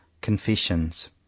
Confessions